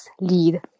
lead